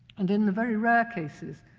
and in the very rare cases,